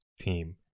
team